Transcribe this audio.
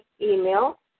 email